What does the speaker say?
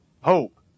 hope